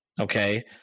okay